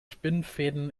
spinnenfäden